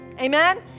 amen